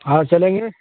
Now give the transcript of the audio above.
ہاں چلیں گے